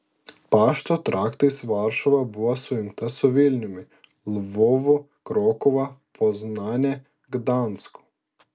pašto traktais varšuva buvo sujungta su vilniumi lvovu krokuva poznane gdansku